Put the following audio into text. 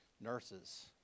nurses